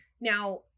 Now